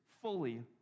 fully